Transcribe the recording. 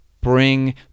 bring